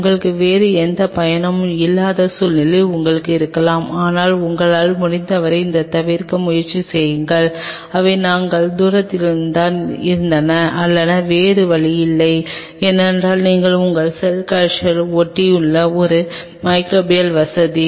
உங்களுக்கு வேறு எந்த பயணமும் இல்லாத சூழ்நிலை உங்களுக்கு இருக்கலாம் ஆனால் உங்களால் முடிந்தவரை அதைத் தவிர்க்க முயற்சி செய்யுங்கள் அவை நாங்கள் தூரத்தில்தான் இருந்தன அல்லது வேறு வழியில்லை என்றால் நீங்கள் உங்கள் செல் கல்ச்சர் ஒட்டியுள்ள ஒரு மிகிரேபியல் வசதி